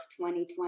2020